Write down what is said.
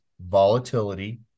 volatility